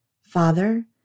Father